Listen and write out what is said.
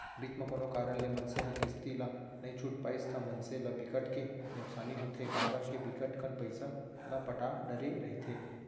बीच म कोनो कारन ले मनसे ह किस्ती ला नइ छूट पाइस ता मनसे ल बिकट के नुकसानी होथे काबर के बिकट कन पइसा ल पटा डरे रहिथे